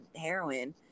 heroin